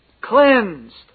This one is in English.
cleansed